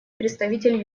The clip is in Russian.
представитель